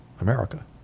America